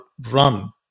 run